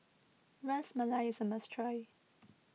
Ras Malai is a must try